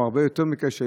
או הרבה יותר מכשל,